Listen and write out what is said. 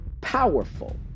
powerful